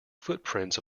footprints